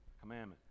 commandment